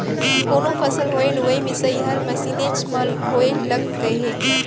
कोनो फसल होय लुवई मिसई हर मसीनेच म होय लग गय हे